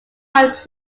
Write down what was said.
wife